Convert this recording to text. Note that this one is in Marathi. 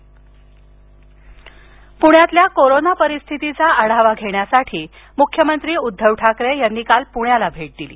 मुख्यमंत्री पुण्यातील कोरोना परिस्थितीचा आढावा घेण्यासाठी मुख्यमंत्री उद्धव ठाकरे यांनी काल पुण्याला भेट दिली